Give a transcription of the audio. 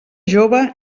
jove